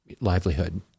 livelihood